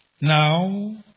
now